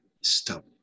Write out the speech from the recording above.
stop